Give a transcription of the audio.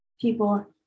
people